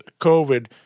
COVID